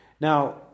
Now